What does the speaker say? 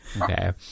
Okay